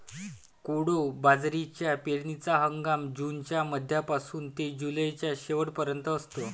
कोडो बाजरीचा पेरणीचा हंगाम जूनच्या मध्यापासून ते जुलैच्या शेवट पर्यंत असतो